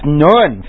nun